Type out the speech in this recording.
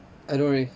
I don't really